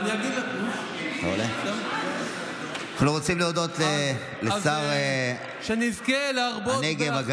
אנחנו רוצים להודות לשר הנגב,